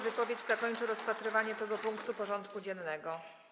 Wypowiedź ta kończy rozpatrywanie tego punktu porządku dziennego.